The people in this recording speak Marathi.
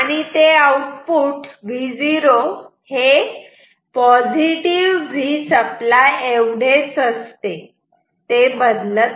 ते आउटपुट Vसप्लाय एवढे असते ते बदलत नाही